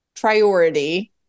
priority